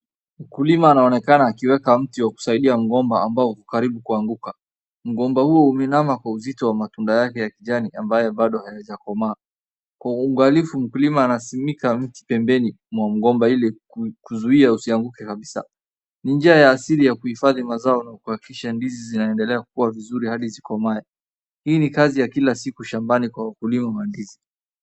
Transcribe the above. Mkulima anaonekana akiweka mti wa kusaidia mgomba ambao huko karibu kuanguka .Mgomba huu umeinama kwa uzito wa matunda yake ya kijani ambayo bado aijekomaa kwa uangalifu mkulima anasimika mti pembeni mwa mgomba ili kuzuia usianguke kabisa ni njia asili ya kuhifadhi mazao na kuhakisha ndizi zinaendelea kua vizuri hadi zikomae hii ni kazi ya kila siku shambani kwa wakulima wa ndizi.